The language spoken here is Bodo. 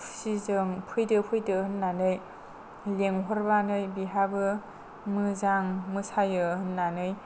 खुसिजों फैदो फैदो होन्नानै लोंहरबा नै बेहाबो मोजां मोसायो होननानै